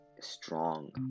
strong